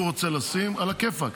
הוא רוצה לשים, עלא כיפאק.